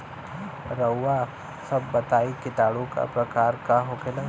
रउआ सभ बताई किटाणु क प्रकार के होखेला?